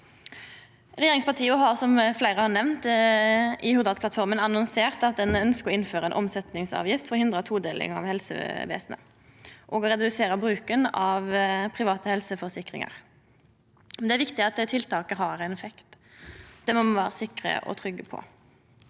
i Hurdalsplattforma annonsert at ein ønskjer å innføra ei omsetningsavgift for å hindra ei todeling av helsevesenet og redusera bruken av private helseforsikringar. Det er viktig at det tiltaket har ein effekt. Det må me vera sikre og trygge på.